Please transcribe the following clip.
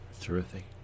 Terrific